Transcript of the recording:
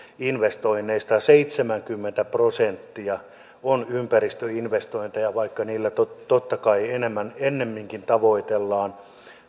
investoinneista seitsemänkymmentä prosenttia on ympäristöinvestointeja vaikka niillä totta kai ennemminkin tavoitellaan